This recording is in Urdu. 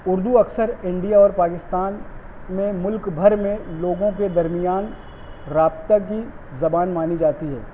اردو اکثر انڈیا اور پاکستان میں ملک بھر میں لوگوں کے درمیان رابطہ کی زبان مانی جاتی ہے